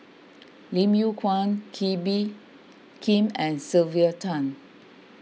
Lim Yew Kuan Kee Bee Khim and Sylvia Tan